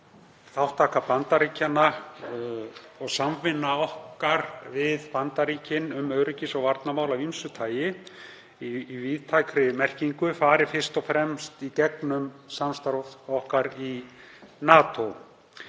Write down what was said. þátttaka Bandaríkjanna og samvinna okkar við þau um öryggis- og varnarmál af ýmsu tagi í víðtækri merkingu fari fyrst og fremst í gegnum samstarf okkar í NATO.